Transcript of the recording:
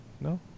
No